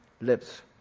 lips